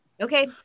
Okay